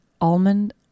almond